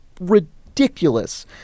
ridiculous